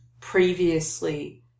previously